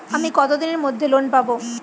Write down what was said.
আমি কতদিনের মধ্যে লোন পাব?